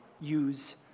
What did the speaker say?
use